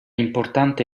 importante